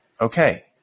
okay